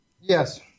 Yes